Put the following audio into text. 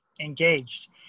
engaged